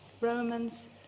Romans